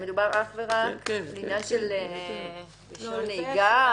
מדובר אך ורק בעניין של רישיון נהיגה.